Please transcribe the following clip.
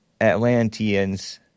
Atlanteans